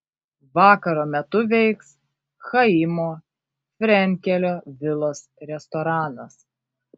vakaro metu veiks chaimo frenkelio vilos restoranas